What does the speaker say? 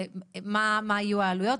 מה יהיו העלויות,